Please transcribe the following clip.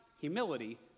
humility